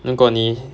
如果你